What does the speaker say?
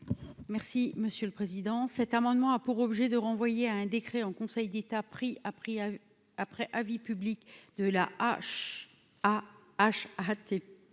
Merci Monsieur le Président, cet amendement a pour objet de renvoyer à un décret en Conseil d'État prix a pris après avis public de la H